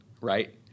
right